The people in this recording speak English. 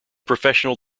professional